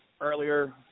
earlier